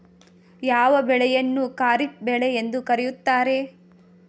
ಯಾವ ಬೆಳೆಯನ್ನು ಖಾರಿಫ್ ಬೆಳೆ ಎಂದು ಕರೆಯುತ್ತಾರೆ?